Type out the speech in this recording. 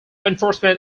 enforcement